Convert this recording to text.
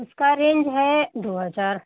उसका रेंज है दो हजार